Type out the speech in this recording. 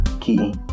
Key